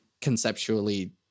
conceptually